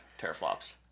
teraflops